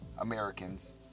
Americans